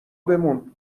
بمون